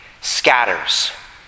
scatters